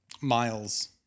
Miles